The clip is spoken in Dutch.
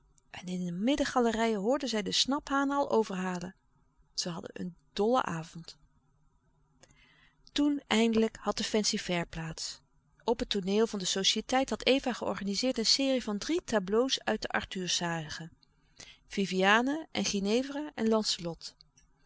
en in de middengalerijen hoorden zij de snaphanen al overhalen zij hadden een dollen avond louis couperus de stille kracht toen eindelijk had de fancy-fair plaats op het tooneel van de societeit had eva georganizeerd een serie van drie tableaux uit de artur sage viviane en ginevra en